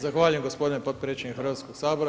Zahvaljujem gospodine potpredsjedniče Hrvatskog sabora.